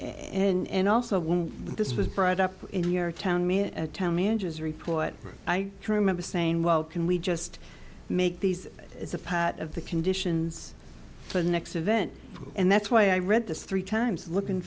and also when this was brought up in your town me at town manager's report i remember saying well can we just make these as a pat of the conditions for the next event and that's why i read this three times looking